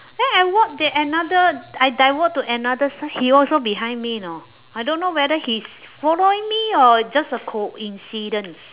then I walk there another I divert to another side he also behind me you know I don't whether he's following me or just a coincidence